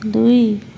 ଦୁଇ